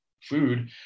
food